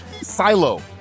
Silo